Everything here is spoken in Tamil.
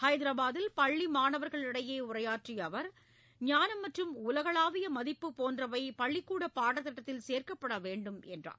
ஹைதராபாதில் பள்ளி மாணவர்களிடையே உரையாற்றிய அவர் ஞானம் மற்றும் உலகளாவிய மதிப்பு போன்றவை பள்ளிக்கூட பாடத்திட்டத்தில் சேர்க்கப்பட வேண்டும் என்றார்